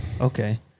Okay